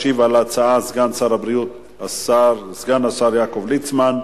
ישיב על ההצעה סגן השר יעקב ליצמן.